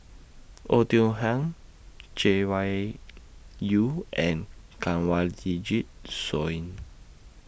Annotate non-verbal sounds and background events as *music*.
Oei Tiong Ham Chay Weng Yew and *unintelligible* Soin